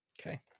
okay